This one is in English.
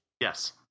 Yes